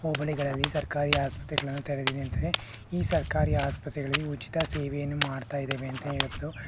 ಹೋಬಳಿಗಳಲ್ಲಿ ಸರ್ಕಾರಿ ಆಸ್ಪತ್ರೆಗಳನ್ನು ತೆರೆದಿದೆ ಅಂತಲೇ ಈ ಸರ್ಕಾರಿ ಆಸ್ಪತ್ರೆಗಳಲ್ಲಿ ಉಚಿತ ಸೇವೆಯನ್ನು ಮಾಡ್ತಾಯಿದ್ದೇವೆ ಅಂತಲೇ ಹೇಳ್ಬೋದು